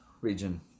region